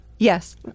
Yes